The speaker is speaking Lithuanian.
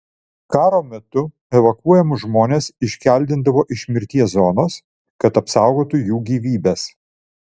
karo metu evakuojamus žmones iškeldindavo iš mirties zonos kad apsaugotų jų gyvybes